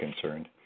concerned